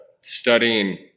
studying